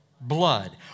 blood